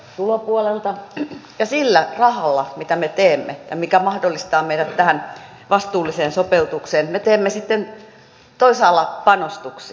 tämä on se yhtälö tulopuolelta ja sillä rahalla mitä me teemme ja mikä mahdollistaa meidät tähän vastuulliseen sopeutukseen me teemme sitten toisaalla panostuksia